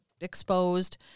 exposed